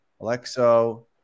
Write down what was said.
alexo